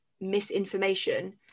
misinformation